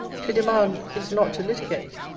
to demand, is not to litigate.